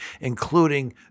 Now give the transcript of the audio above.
including